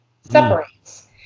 separates